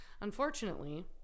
Unfortunately